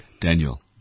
Daniel